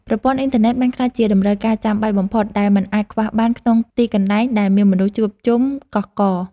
ប្រព័ន្ធអ៊ីនធឺណិតបានក្លាយជាតម្រូវការចាំបាច់បំផុតដែលមិនអាចខ្វះបានក្នុងទីកន្លែងដែលមានមនុស្សជួបជុំកុះករ។